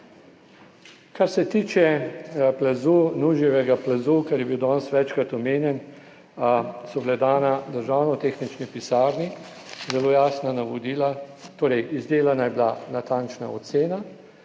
Kar se tiče plazu, Nužijevega plazu, ker je bil danes večkrat omenjen, so bila dana Državni tehnični pisarni zelo jasna navodila. Izdelana je bila natančna ocena,